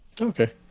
Okay